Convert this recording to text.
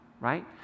right